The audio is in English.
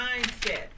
mindset